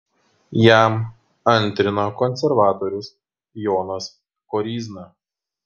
jam antrino konservatorius jonas koryzna